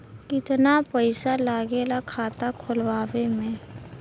कितना पैसा लागेला खाता खोलवावे में?